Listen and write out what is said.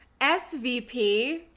svp